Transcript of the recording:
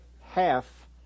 half